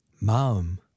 Mom